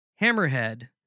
Hammerhead